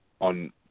on